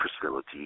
facility